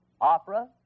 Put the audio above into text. opera